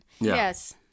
Yes